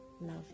love